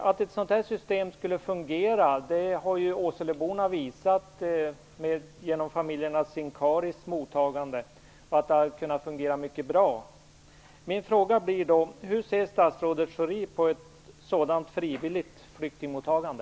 Att ett sådant system skulle fungera har ju åseleborna visat genom mottagandet av familjen Sincari, som har fungerat mycket bra. Min fråga blir då: Hur ser statsrådet Schori på ett sådant frivilligt flyktingmottagande?